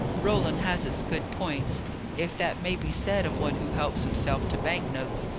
roland has his good points if that may be said of one who helps himself to bank-notes,